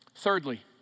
Thirdly